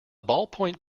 ballpoint